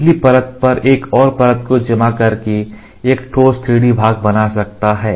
पिछली परत पर एक और परत को जमा करके एक ठोस 3D भाग बना सकता है